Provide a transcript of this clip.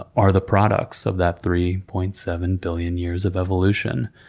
are the products of that three point seven billion years of evolution.